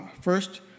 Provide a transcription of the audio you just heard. first